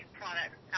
products